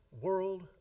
world